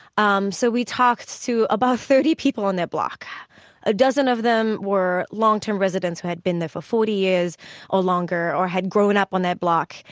um so we talked to about thirty people on that block a dozen of them were long-term residents who had been there for forty years or longer or had grown up on that block.